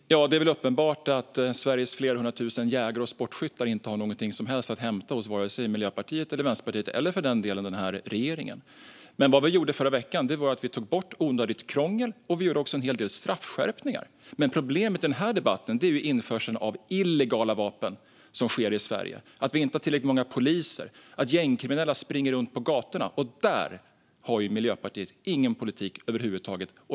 Fru talman! Det är väl uppenbart att Sveriges flera hundra tusen jägare och sportskyttar inte har någonting att hämta hos vare sig Miljöpartiet eller Vänsterpartiet, eller för den delen hos denna regering. Vad vi gjorde i förra veckan var att vi tog bort onödigt krångel, och vi gjorde också en hel del straffskärpningar. Men problemet i denna debatt handlar om den införsel av illegala vapen som sker till Sverige, att vi inte har tillräckligt många poliser och att gängkriminella springer runt på gatorna. Där har Miljöpartiet ingen politik över huvud taget.